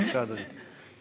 בבקשה, אדוני.